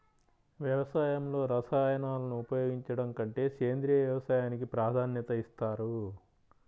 వ్యవసాయంలో రసాయనాలను ఉపయోగించడం కంటే సేంద్రియ వ్యవసాయానికి ప్రాధాన్యత ఇస్తారు